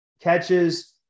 catches